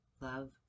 love